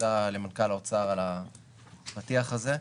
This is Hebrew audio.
ותודה למנכ"ל האוצר על הפתיח הזה.